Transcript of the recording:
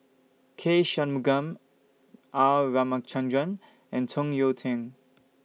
K Shanmugam R Ramachandran and Tung Yue Nang